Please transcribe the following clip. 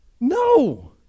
No